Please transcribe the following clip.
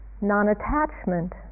non-attachment